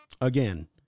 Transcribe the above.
Again